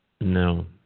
No